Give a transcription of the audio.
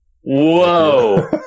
whoa